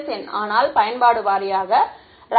S ஆனால் பயன்பாடு வாரியாக மாணவர் இராணுவம்